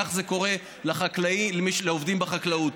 כך קורה לעובדים בחקלאות,